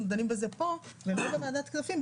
אנחנו דנים בזה פה ולא בוועדת הכספים,